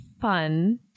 fun